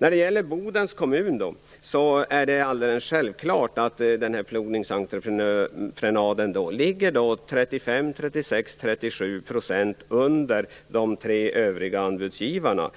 När det gäller Bodens kommun är det helt klart att plogningsentreprenadens anbud ligger 35-37 % lägre än de tre övriga anbudsgivarnas